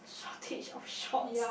shortage of shorts